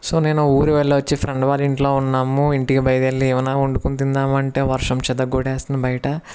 so నేను ఊరు వెళ్ళొచ్చి ఫ్రెండ్ వాళ్ళ ఇంట్లో ఉన్నాము ఇంటికి బయలుదేరి ఏమైనా వండుకుని తిందాము అంటే వర్షం చితక్కొట్టేస్తుంది బయట